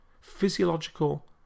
Physiological